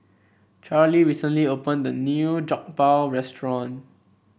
Charly recently opened a new Jokbal restaurant